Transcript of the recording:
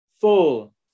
full